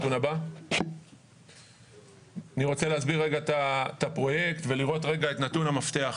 אני רוצה להסביר רגע את הפרויקט ולראות רגע את נתון המפתח.